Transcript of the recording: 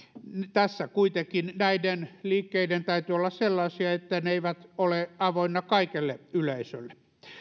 tässä kuitenkin näiden liikkeiden täytyy olla sellaisia että ne ne eivät ole avoinna kaikelle yleisölle